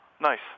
Nice